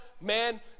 man